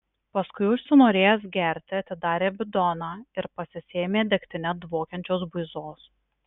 paskui užsinorėjęs gerti atidarė bidoną ir pasisėmė degtine dvokiančios buizos